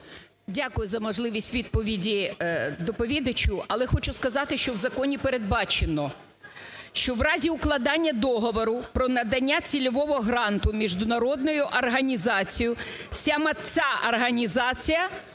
Дякую за можливість відповіді доповідачу. Але хочу сказати, що в законі передбачено, що в разі укладання договору про надання цільового гранту міжнародною організацією, саме ця організація